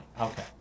okay